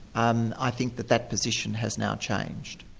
um i think that that position has now changed.